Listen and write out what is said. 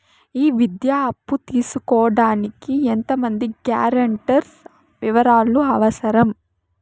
ఈ విద్యా అప్పు తీసుకోడానికి ఎంత మంది గ్యారంటర్స్ వివరాలు అవసరం?